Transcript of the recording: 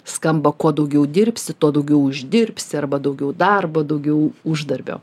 skamba kuo daugiau dirbsi tuo daugiau uždirbsi arba daugiau darbo daugiau uždarbio